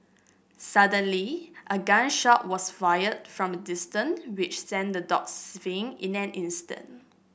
suddenly a gun shot was fired from a distance which sent the dogs in an instant